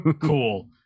Cool